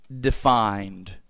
defined